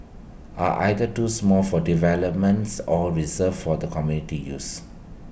are either too small for developments or reserved for the community use